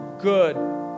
good